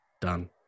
Done